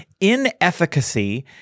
inefficacy